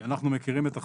כי אנחנו מכירים את החיים.